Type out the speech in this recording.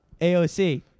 AOC